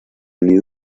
new